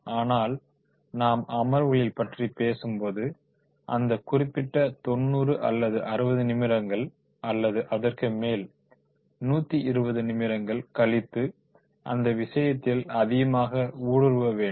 ஆனால் நாம் அமர்வுகளைப் பற்றி பேசும்போது அந்த குறிப்பிட்ட 90 அல்லது 60 நிமிடங்கள் அல்லது அதற்கு மேல் 120 நிமிடங்கள் கழித்து அந்த விசயத்தில் அதிகமாக ஊடுருவ வேண்டும்